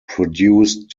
produced